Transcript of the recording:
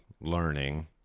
learning